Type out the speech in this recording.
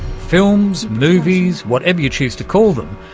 films, movies, whatever you choose to call them,